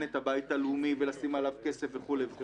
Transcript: את הבית הלאומי ולשים עליו כסף וכולי.